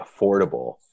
affordable